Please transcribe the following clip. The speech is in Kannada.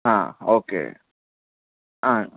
ಆಂ ಓಕೆ ಆಂ